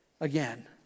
again